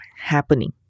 happening